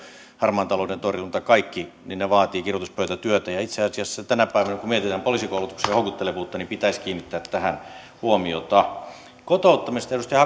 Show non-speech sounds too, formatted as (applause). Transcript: harmaan talouden torjunta kaikki vaativat kirjoituspöytätyötä itse asiassa tänä päivänä kun mietitään poliisikoulutuksen houkuttelevuutta pitäisi kiinnittää tähän huomiota kotouttamisesta edustaja (unintelligible)